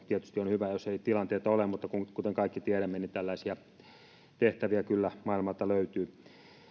tietysti on hyvä jos ei tilanteita ole mutta kuten kaikki tiedämme niin tällaisia tehtäviä kyllä maailmalta löytyy